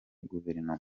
guverinoma